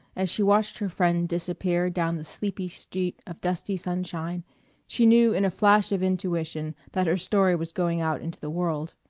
as she watched her friend disappear down the sleepy street of dusty sunshine she knew in a flash of intuition that her story was going out into the world.